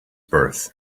birth